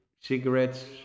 cigarettes